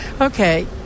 okay